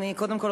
קודם כול,